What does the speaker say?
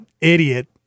idiot